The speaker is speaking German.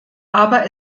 aber